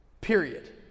period